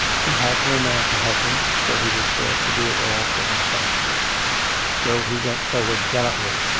he had no man to help him so he was forced to do it all for himself so he went forward gallantly,